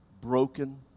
broken